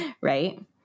Right